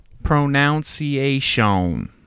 pronunciation